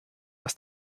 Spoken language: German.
was